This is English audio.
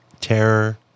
terror